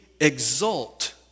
exult